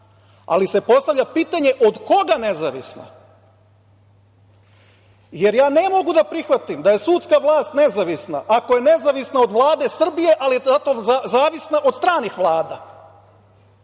ali se postavlja pitanje od koga nezavisna? Ja ne mogu da prihvatim da je sudska vlast nezavisna ako je nezavisna od Vlade Srbije, ali je zato zavisna od stranih vlada.